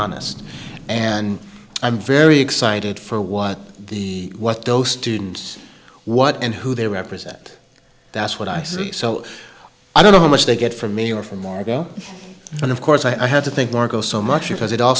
honest and i'm very excited for what the what those students what and who they represent that's what i see so i don't know how much they get for me or for more i go and of course i had to think marco so much as it all